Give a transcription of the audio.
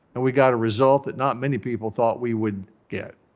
and we got a result that not many people thought we would get.